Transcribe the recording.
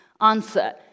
Answer